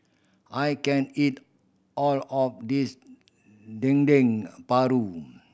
I can't eat all of this Dendeng Paru